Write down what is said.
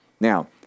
Now